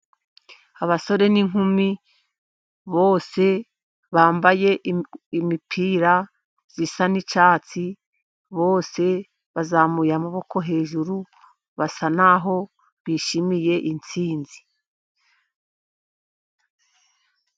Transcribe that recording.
Abasore n'inkumi bose bambaye imipira isa n'icyatsi, bose bazamuye amaboko hejuru basa n'aho bishimiye insinzi.